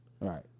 Right